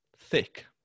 Thick